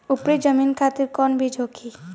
उपरी जमीन खातिर कौन बीज होखे?